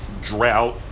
drought